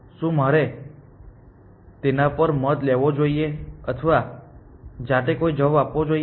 શું મારે તેના પર મત લેવો જોઈએ અથવા જાતે કોઈ જવાબ આપવો જોઈએ